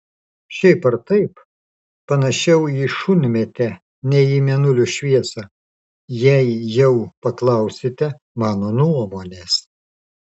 šiaip ar taip panašiau į šunmėtę nei į mėnulio šviesą jei jau paklausite mano nuomonės